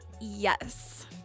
Yes